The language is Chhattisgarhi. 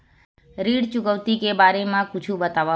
ऋण चुकौती के बारे मा कुछु बतावव?